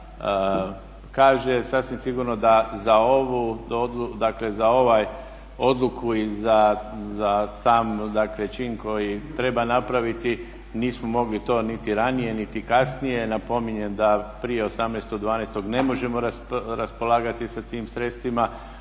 kaže. Sasvim sigurno da za ovu, dakle za ovu odluku i za sam čin koji treba napraviti nismo mogli to niti ranije niti kasnije. Napominjem da prije 18.12. ne možemo raspolagati sa tim sredstvima